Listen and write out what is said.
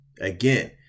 Again